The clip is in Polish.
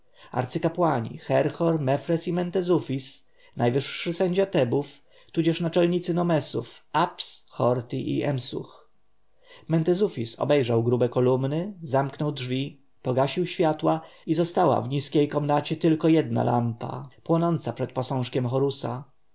arcykapłani herhor mefres i mentezufis najwyższy sędzia tebów tudzież naczelnicy nomesów abs horti i emsuch mentezufis obejrzał grube kolumny zamknął drzwi pogasił światła i została w niskiej komnacie tylko jedna lampa płonąca przed posążkiem horusa